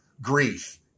grief